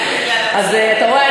אז אתה רואה,